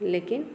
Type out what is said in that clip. लेकिन